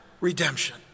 redemption